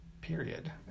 Period